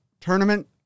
tournament